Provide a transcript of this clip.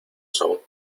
son